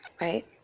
right